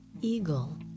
eagle